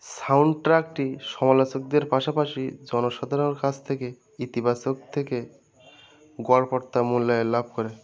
সাউণ্ডট্র্যাকটি সমালোচকদের পাশাপাশি জনসাধারণের কাছ থেকে ইতিবাচক থেকে গড়পরতা মূল্যায়ন লাভ করে